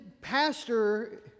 pastor